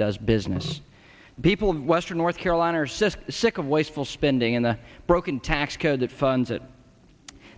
does business people in western north carolina or sis sick of wasteful spending in the broken tax code that funds it